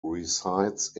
resides